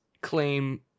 claim